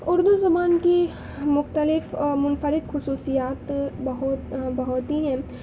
اردو زبان کی مختلف اور منفرد خصوصیات بہت بہت ہی ہیں